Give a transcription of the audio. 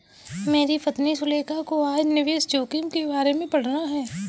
मेरी पत्नी सुलेखा को आज निवेश जोखिम के बारे में पढ़ना है